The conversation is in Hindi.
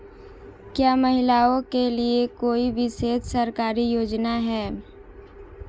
क्या महिलाओं के लिए कोई विशेष सरकारी योजना है?